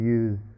use